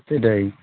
সেটাই